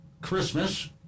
christmas